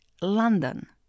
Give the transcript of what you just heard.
London